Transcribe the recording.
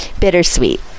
bittersweet